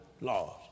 laws